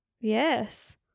Yes